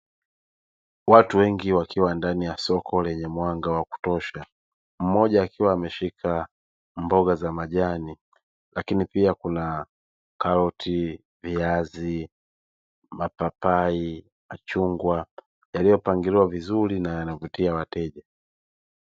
Watu wengi wakiwa ndani ya soko lenye mwanga wa kutosha mmoja akiwa ameshika mboga za majani lakini pia kuna: karoti, viazi, mapapai, machungwa; yaliyopangiliwa vizuri na yanavutia wateja.